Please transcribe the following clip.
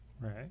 Right